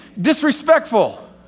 disrespectful